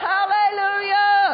Hallelujah